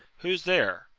who's there?